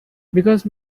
because